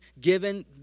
given